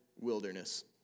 wilderness